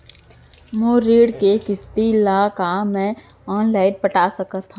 मोर ऋण के किसती ला का मैं अऊ लाइन पटा सकत हव?